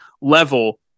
level